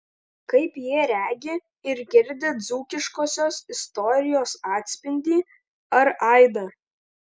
kaip jie regi ir girdi dzūkiškosios istorijos atspindį ar aidą